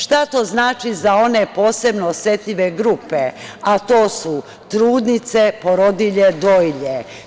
Šta to znači za one posebno osetljive grupe, a to su trudnice, porodilje, dojilje?